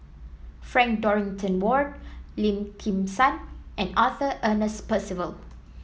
Frank Dorrington Ward Lim Kim San and Arthur Ernest Percival